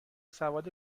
سواد